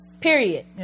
Period